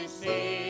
see